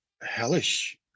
hellish